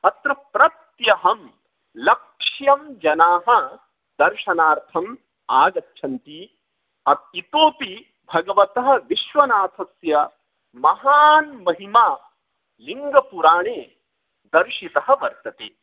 अत्र प्रत्यहं लक्षं जनाः दर्शनार्थम् आगच्छन्ति इतोपि भगवतः विश्वनाथस्य महान् महिमा लिङ्गपुराणे दर्शितः वर्तते